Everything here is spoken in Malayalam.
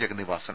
ജഗന്നിവാസൻ